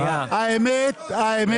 בן